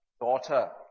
daughter